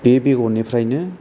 बे बेगरनिफ्रायनो